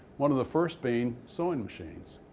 one of the first being sewing machines.